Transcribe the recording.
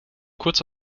kurz